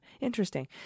Interesting